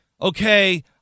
Okay